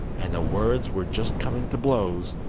and words were just coming to blows,